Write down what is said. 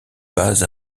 bases